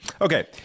Okay